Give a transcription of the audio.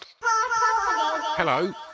Hello